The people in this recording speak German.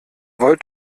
wollt